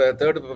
third